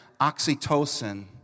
oxytocin